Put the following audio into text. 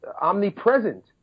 omnipresent